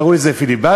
קראו לזה פיליבסטר,